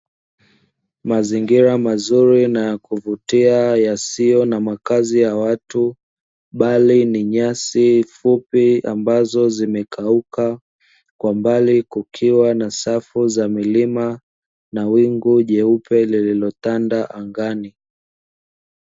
Mazingira mazuri na ya kuvutia na yasiyo na makazi ya watu, bali ni nyasi fupi ambazo zimekauka. Kwa mbali kukiwa na safu za milima, na wingu jeupe lililotanda angani.